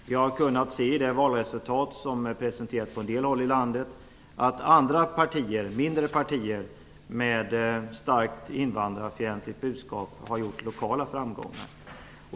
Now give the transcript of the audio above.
Vi har kunnat se i det valresultat som presenterats på en del håll i landet att andra mindre partier med starkt invandrarfientligt budskap har gjort lokala framgångar.